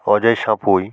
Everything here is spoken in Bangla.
অজয় সাঁপুই